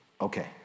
okay